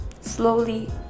slowly